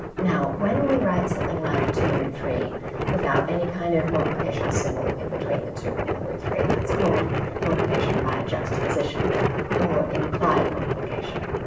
now when we write something like two root three without any kind of multiplication symbol in between the two and the root three that's called multiplication by juxtaposition or implied multiplication.